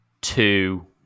two